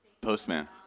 Postman